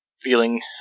feeling